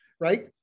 Right